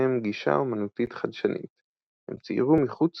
יצירותיהם גישה אמנותית חדשנית; הם ציירו מחוץ